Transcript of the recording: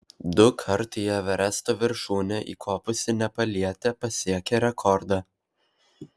dukart į everesto viršūnę įkopusi nepalietė pasiekė rekordą